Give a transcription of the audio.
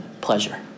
pleasure